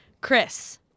chris